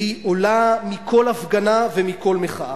והיא עולה מכל הפגנה ומכל מחאה.